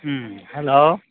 ꯎꯝ hello